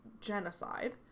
genocide